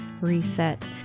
reset